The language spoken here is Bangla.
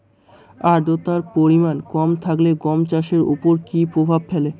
আদ্রতার পরিমাণ কম থাকলে গম চাষের ওপর কী প্রভাব ফেলে?